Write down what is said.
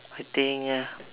I think uh